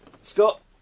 Scott